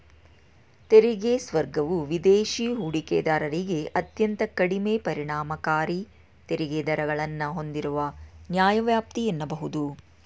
ತೆರಿಗೆ ಸ್ವರ್ಗವು ವಿದೇಶಿ ಹೂಡಿಕೆದಾರರಿಗೆ ಅತ್ಯಂತ ಕಡಿಮೆ ಪರಿಣಾಮಕಾರಿ ತೆರಿಗೆ ದರಗಳನ್ನ ಹೂಂದಿರುವ ನ್ಯಾಯವ್ಯಾಪ್ತಿ ಎನ್ನಬಹುದು